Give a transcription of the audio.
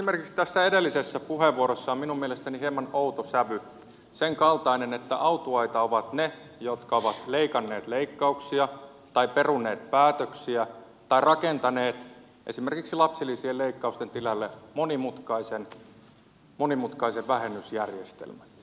esimerkiksi tässä edellisessä puheenvuorossa oli minun mielestäni hieman outo sävy sen kaltainen että autuaita ovat ne jotka ovat leikanneet leikkauksia tai peruneet päätöksiä tai rakentaneet esimerkiksi lapsilisien leikkausten tilalle monimutkaisen vähennysjärjestelmän